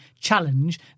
Challenge